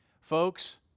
Folks